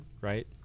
right